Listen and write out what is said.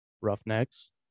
Roughnecks